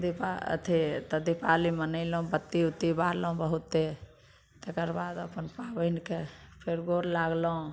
दीपा अथी तऽ दीपावली मनेलहुँ बत्ती ओत्ती बारलहुँ बहुते तकरबाद अपन पाबनिके फेर गोर लागलहुँ